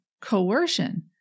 coercion